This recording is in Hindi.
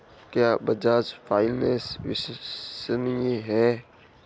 क्या बजाज फाइनेंस विश्वसनीय है?